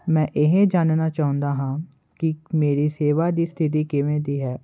ਮੈਂ ਇਹ ਜਾਣਨਾ ਚਾਹੁੰਦਾ ਹਾਂ ਕਿ ਮੇਰੀ ਸੇਵਾ ਦੀ ਸਥਿਤੀ ਕਿਵੇਂ ਦੀ ਹੈ